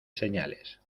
señales